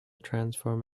transform